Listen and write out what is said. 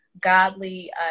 godly